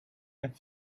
and